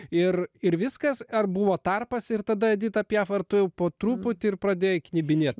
ir ir viskas ar buvo tarpas ir tada edita piaf ar tu jau po truputį ir pradėjai knibinėt